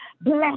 bless